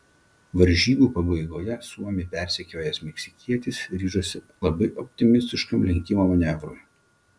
varžybų pabaigoje suomį persekiojęs meksikietis ryžosi labai optimistiškam lenkimo manevrui